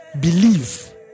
believe